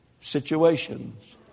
situations